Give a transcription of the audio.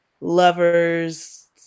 lovers